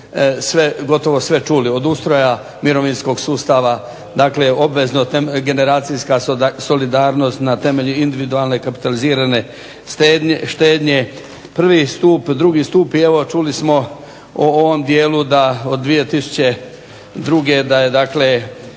sve, gotovo sve čuli, od ustroja mirovinskog sustava, dakle obvezno generacijska solidarnost na temelju individualne kapitalizirane štednje, prvi stup, drugi stup i evo čuli smo u ovom dijelu da od 2002. da je dakle